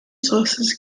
sources